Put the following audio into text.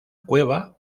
cueva